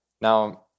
Now